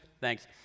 thanks